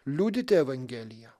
liudyti evangeliją